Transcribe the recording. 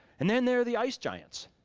and then there are the ice giants,